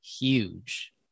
huge